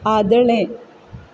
आदलें